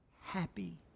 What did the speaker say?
happy